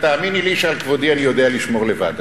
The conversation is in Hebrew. תאמיני לי שעל כבודי אני יודע לשמור לבד.